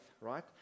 right